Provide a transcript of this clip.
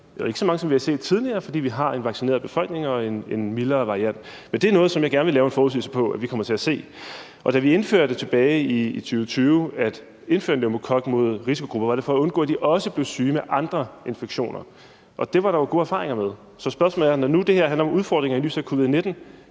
være så mange, som vi har set tidligere, fordi vi har en vaccineret befolkning og en mildere variant. Det er noget, som jeg gerne vil lave en forudsigelse om at vi kommer til at se. Da vi tilbage i 2020 besluttede at indføre en pneumokokvaccine til risikogrupper, var det for at undgå, at de også blev syge med andre infektioner, og det var der jo gode erfaringer med. Når nu det her handler om udfordringer i lyset af covid-19,